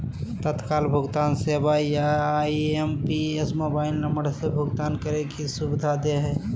तत्काल भुगतान सेवा या आई.एम.पी.एस मोबाइल नम्बर से भुगतान करे के सुविधा दे हय